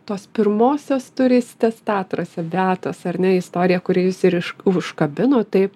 tos pirmosios turistės tatruose beatos ar ne istorija kuri jus ir iš užkabino taip